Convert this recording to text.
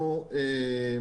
אנחנו